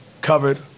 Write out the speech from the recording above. covered